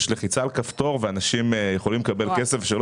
יש לחיצה על כפתור ואנשים יכולים לקבל כסף ושלא